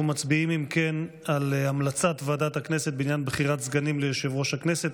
אנחנו מצביעים על המלצת ועדת הכנסת בעניין בחירת סגנים ליושב-ראש הכנסת.